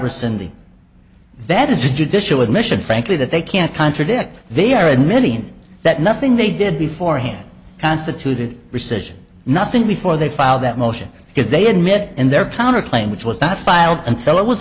the that is a judicial admission frankly that they can't contradict they are admitting that nothing they did before hand constituted rescission nothing before they filed that motion because they admit in their counter claim which was not filed until it was